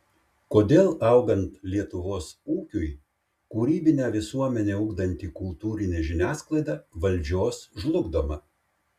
kodėl augant lietuvos ūkiui kūrybinę visuomenę ugdanti kultūrinė žiniasklaida valdžios žlugdoma